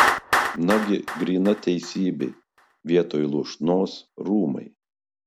nagi gryna teisybė vietoj lūšnos rūmai